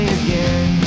again